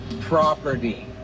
property